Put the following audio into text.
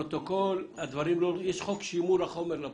יש חוק שימור החומר לפרוטוקול.